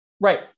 Right